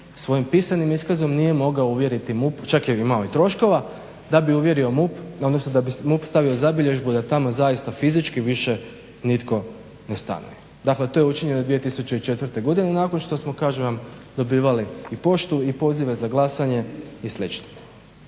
svojim pisanim iskazom nije mogao uvjeriti MUP čak je imao i troškova da bi uvjerio MUP, odnosno da bi MUP stavio zabilježbu da tamo zaista fizički više nitko ne stanuje. Dakle, to je učinjeno 2004. godine nakon što smo kažem vam dobivali i poštu i pozive za glasanje i